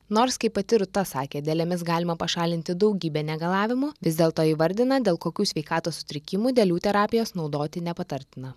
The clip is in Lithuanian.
nors kaip pati rūta sakė dėlėmis galima pašalinti daugybę negalavimų vis dėlto įvardina dėl kokių sveikatos sutrikimų dėlių terapijos naudoti nepatartina